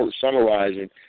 summarizing